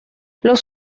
los